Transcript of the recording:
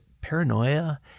paranoia